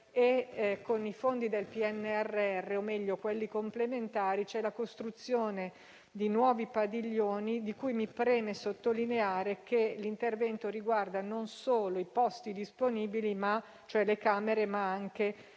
e con i fondi del PNRR, o meglio nell'ambito di quelli complementari: è prevista la costruzione di nuovi padiglioni, di cui mi preme sottolineare che l'intervento riguarda non solo i posti letto disponibili, cioè le camere, ma anche